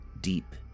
Deep